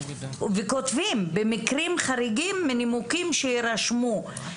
כותבים "במקרים חריגים מנימוקים שיירשמו".